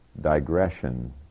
digression